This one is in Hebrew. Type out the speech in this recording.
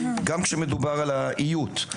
גם כשמדובר על האיות.